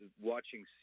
watching